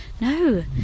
no